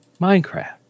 Minecraft